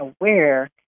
aware